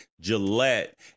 Gillette